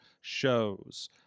shows